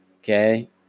okay